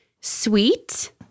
Sweet